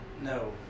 No